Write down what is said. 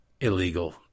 illegal